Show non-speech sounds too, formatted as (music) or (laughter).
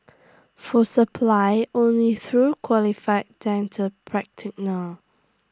for supply only through qualified dental (unintelligible)